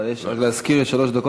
אבל להזכיר: יש שלוש דקות,